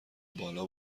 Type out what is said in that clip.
بالا